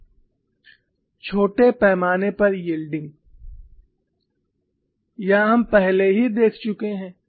Small Scale Yielding छोटे पैमाने पर यील्ड यह हम पहले ही देख चुके हैं